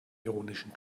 ironischen